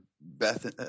Beth